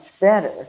better